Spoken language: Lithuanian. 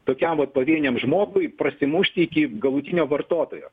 tokiam vat pavieniam žmogui prasimušti iki galutinio vartotojo